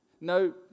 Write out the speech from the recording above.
no